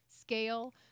scale